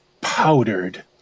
powdered